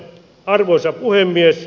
arvoisa puhemies